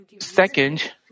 Second